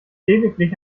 lediglich